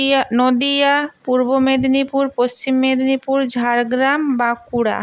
Diya Nadia Purba Medinipur Paschim Medinipur Jhargram Bankura